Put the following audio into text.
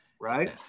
right